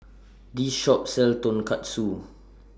This Shop sells Tonkatsu